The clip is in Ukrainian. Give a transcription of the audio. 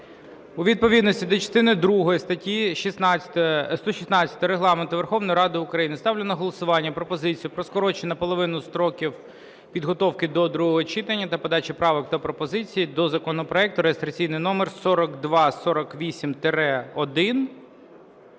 У відповідності до частини другої статті 116 Регламенту Верховної Ради України ставлю на голосування пропозицію про скорочення наполовину строків підготовки до другого читання та подачі правок та пропозицій до законопроекту реєстраційний номер 4248-1.